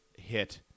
hit